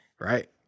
right